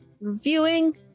reviewing